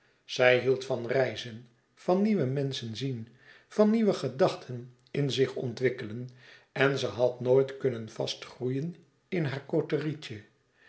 zij hield van reizen van nieuwe menschen zien e ids aargang van nieuwe gedachten in zich ontwikkelen en ze had nooit kunnen vastgroeien in haar